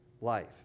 life